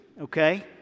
Okay